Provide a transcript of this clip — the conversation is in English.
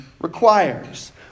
requires